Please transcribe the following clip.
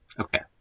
okay